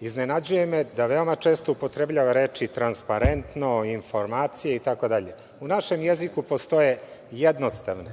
iznenađuje me da veoma često upotrebljava reči transparentno, informacije, itd.U našem jeziku postoje jednostavne,